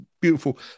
beautiful